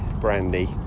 brandy